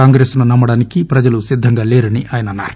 కాంగ్రెస్ను నమ్మ డానికి ప్రజలు సిద్దంగా లేరని ఆయనన్నారు